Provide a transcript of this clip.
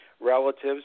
relatives